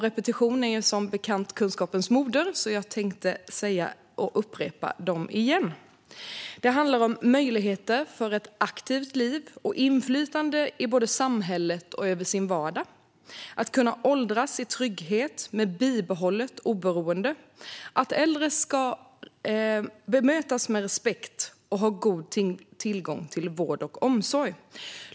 Repetition är som bekant kunskapens moder, så jag tänkte upprepa dem nu. Det handlar om möjligheter till ett aktivt liv och till inflytande både i samhället och över sin vardag. Det handlar om att kunna åldras i trygghet och med bibehållet oberoende. Det handlar om att äldre ska bemötas med respekt och ha god tillgång till vård och omsorg.